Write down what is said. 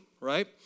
right